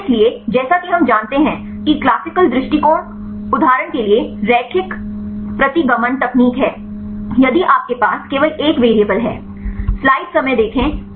इसलिए जैसा कि हम जानते हैं कि क्लासिकल दृष्टिकोण उदाहरण के लिए रैखिक प्रतिगमन तकनीक है यदि आपके पास केवल एक वेरिएबल है